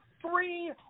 three